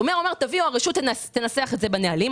הרשות תנסח את זה בנהלים,